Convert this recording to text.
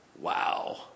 Wow